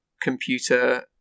computer